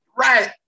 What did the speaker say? Right